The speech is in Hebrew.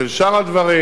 של שאר הדברים.